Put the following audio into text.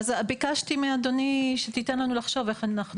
אז ביקשתי מאדוני שתיתן לנו לחשוב איך אנחנו עושים את זה.